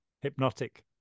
hypnotic